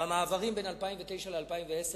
שבמעברים בין 2009 ל-2010,